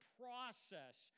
process